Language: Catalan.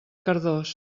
cardós